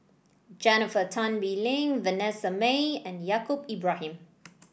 Jennifer Tan Bee Leng Vanessa Mae and Yaacob Ibrahim